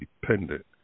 dependent